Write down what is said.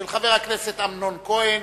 של חבר הכנסת אמנון כהן.